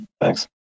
Thanks